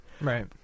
right